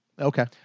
Okay